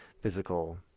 physical